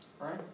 Right